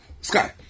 Sky